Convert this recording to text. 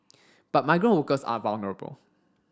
but migrant workers are vulnerable